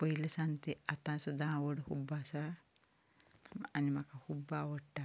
पयले सावन ती आतां सुद्दा आवड खूब आसा आनी म्हाका खूब आवडटा